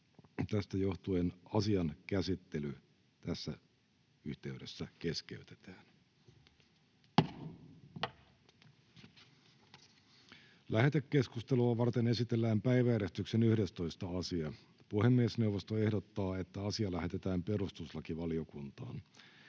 Tästä johtuen asian käsittely tässä yhteydessä keskeytetään. Lähetekeskustelua varten esitellään päiväjärjestyksen 11. asia. Puhemiesneuvosto ehdottaa, että asia lähetetään perustuslakivaliokuntaan.